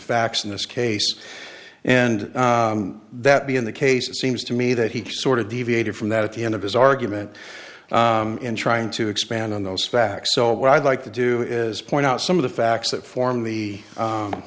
facts in this case and that being the case it seems to me that he sort of deviated from that at the end of his argument in trying to expand on those facts so what i'd like to do is point out some of the facts that form the